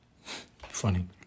Funny